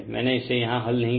मैंने इसे यहाँ हल नहीं किया